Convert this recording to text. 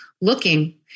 looking